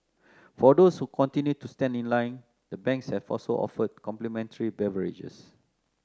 for those who continue to stand in line the banks have also offered complimentary beverages